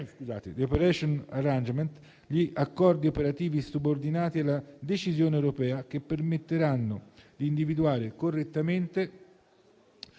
gli accordi operativi subordinati alla decisione europea, che permetteranno di individuare correttamente